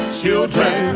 children